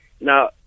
Now